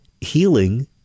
Healing